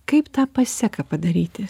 kaip tą pasiseka padaryti